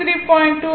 29 11